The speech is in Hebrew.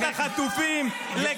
את